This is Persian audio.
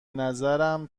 نظرم